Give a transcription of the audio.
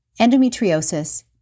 endometriosis